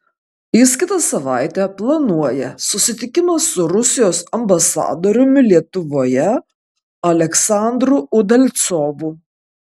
jis kitą savaitę planuoja susitikimą su rusijos ambasadoriumi lietuvoje aleksandru udalcovu